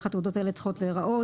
איך התעודות צריכות להיראות.